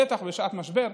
בטח בשעת משבר,